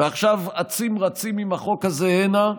ועכשיו אצים רצים עם החוק הזה הנה?